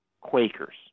Quakers